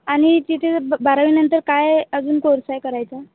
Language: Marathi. आणि तिथे ब बारावीनंतर काय अजून कोर्स आहे करायचा